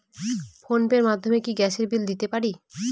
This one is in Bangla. ফোন পে র মাধ্যমে কি গ্যাসের বিল দিতে পারি?